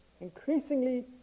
Increasingly